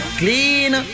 clean